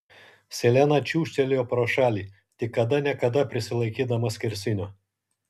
selena čiūžtelėjo pro šalį tik kada ne kada prisilaikydama skersinio